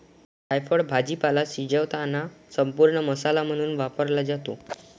जायफळ भाजीपाला शिजवताना संपूर्ण मसाला म्हणून वापरला जातो